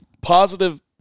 positive